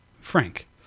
frank